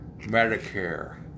Medicare